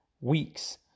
Weeks